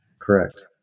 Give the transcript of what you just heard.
Correct